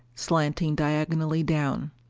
slanting diagonally down.